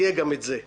יהיה גם את זה.